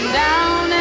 down